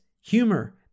humor